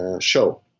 show